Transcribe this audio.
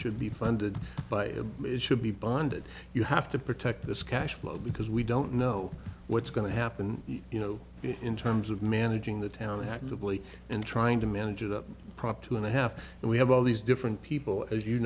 should be funded by it it should be bonded you have to protect this cash flow because we don't know what's going to happen you know in terms of managing the town actively and trying to manage it up prop two and a half and we have all these different people as you